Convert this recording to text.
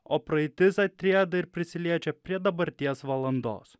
o praeitis atrieda ir prisiliečia prie dabarties valandos